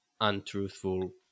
untruthful